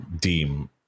deem